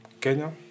Kenya